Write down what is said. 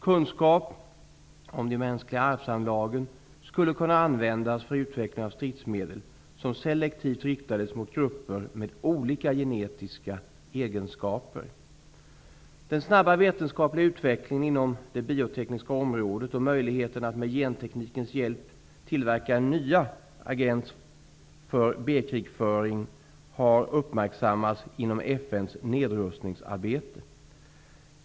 Kunskap om de mänskliga arvsanslagen skulle kunna användas för utveckling av stridsmedel, som selektivt riktades mot grupper med olika genetiska egenskaper. Den snabba vetenskapliga utvecklingen inom det biotekniska området och möjligheten att med genteknikens hjälp tillverka nya agens för B krigföring har uppmärksammats inom FN:s nedrustningsarbete.